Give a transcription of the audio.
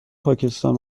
پاکستان